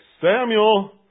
Samuel